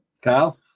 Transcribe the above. Kyle